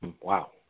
Wow